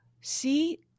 see